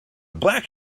black